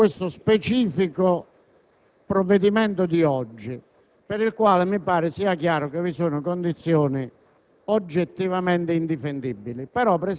che nella Commissione bilancio il provvedimento non è stato esaminato per intero e non si è potuto completare l'esame degli emendamenti.